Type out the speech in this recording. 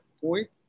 point